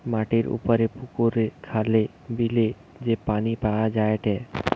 মাটির উপরে পুকুরে, খালে, বিলে যে পানি পাওয়া যায়টে